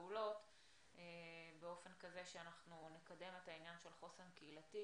הפעולות באופן כזה שאנחנו נקדם את העניין של חוסן קהילתי